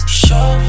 show